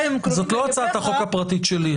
הם קרובים לגביך --- זאת לא הצעת החוק הפרטית שלי,